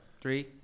Three